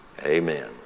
Amen